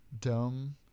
dumb